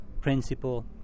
principle